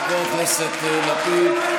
חבר הכנסת לפיד.